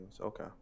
Okay